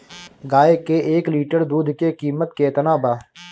गाय के एक लीटर दूध के कीमत केतना बा?